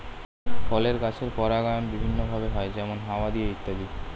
ফলের গাছের পরাগায়ন বিভিন্ন ভাবে হয়, যেমন হাওয়া দিয়ে ইত্যাদি